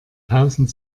tausend